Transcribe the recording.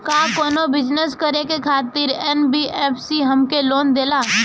का कौनो बिजनस करे खातिर एन.बी.एफ.सी हमके लोन देला?